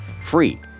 free